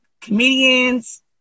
comedians